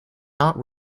not